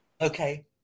Okay